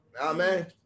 amen